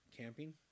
camping